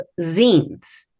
zines